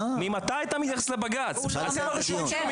אה, אפשר לפתוח לדיון.